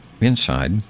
inside